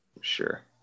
Sure